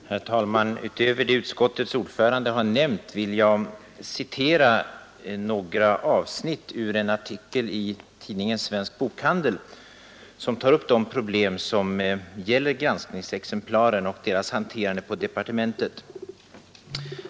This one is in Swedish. Herr talman! Utöver vad utskottets ordförande har nämnt vill jag citera några avsnitt ur en artikel i tidningen Svensk Bokhandel, som tar upp de problem som gäller granskningsexemplaren och deras hanterande i departementet.